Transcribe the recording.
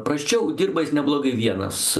prasčiau dirba jis neblogai vienas